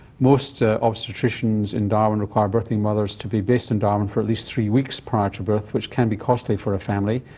most obstetricians in darwin require birthing mothers to be based in darwin for at least three weeks prior to birth, which can be costly for a family.